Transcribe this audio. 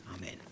Amen